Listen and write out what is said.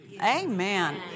Amen